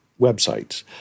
websites